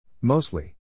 Mostly